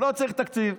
לא צריך תקציב.